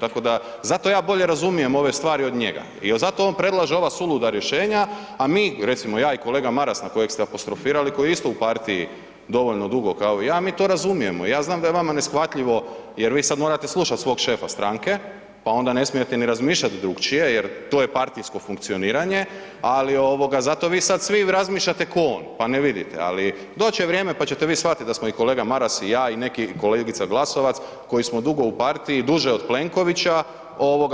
Tako da, zato ja bolje razumijem ove stvari od njega jer zato on predlaže ova suluda rješenja, a mi, recimo ja i kolega Maras na kojeg ste apostrofirali koji je isto u partiji dovoljno dugo kao i ja, mi to razumijemo i ja znam da je vama neshvatljivo jer vi sad morate slušati svog šefa stranke, pa onda ne smijete ni razmišljati drugačije jer to je partijsko funkcioniranje, ali ovoga zato ovoga vi sad razmišljate ko on pa ne vidite, ali doći će vrijeme pa ćete vi shvatiti da smo kolega Maras i ja i neki, kolegica Glasovac, koji smo dugo u partiji duže od Plenkovića